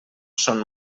són